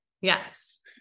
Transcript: Yes